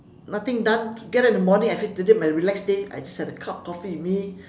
nothing done get up in the morning I say today my relax day I just have a cup of coffee with me